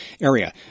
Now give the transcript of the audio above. area